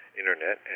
internet